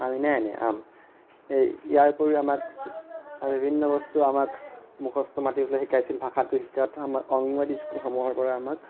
আমিনাই আনে আম এই ইয়াৰ উপৰিও আমাক বিভিন্ন বস্তু আমাক মুখস্থ মাতিবলৈ শিকাইছিল ভাষাটো শিকাত আমাক অংগবাদী স্কুলসমূহৰ পৰা আমাক